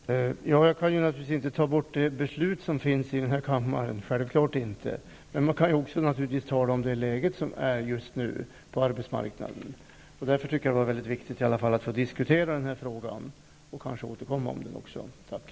Fru talman! Jag kan naturligtvis inte bortse från det beslut som har fattats i denna kammare, men man kan också hänvisa till det läge som just nu råder på arbetsmarknaden. Jag tycker därför att det var viktigt att få diskutera denna fråga. Jag ser också fram emot att eventuellt återkomma i frågan.